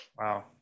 wow